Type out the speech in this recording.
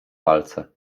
palce